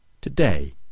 today